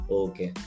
okay